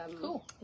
Cool